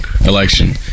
election